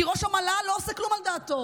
כי ראש המל"ל לא עושה כלום על דעתו,